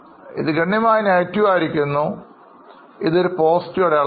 ഇത് ഗണ്യമായി നെഗറ്റീവ് ആയിരിക്കുന്നു ഇതൊരു പോസിറ്റീവ് അടയാളമാണ്